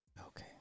okay